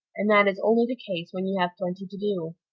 and that is only the case when you have plenty to do.